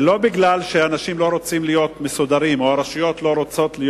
ולא כי אנשים לא רוצים להיות מסודרים או הרשויות המקומיות לא רוצות.